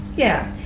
yeah.